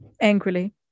angrily